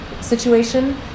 situation